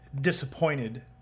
disappointed